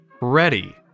ready